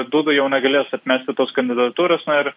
duda jau negalės atmesti tos kandidatūros na ir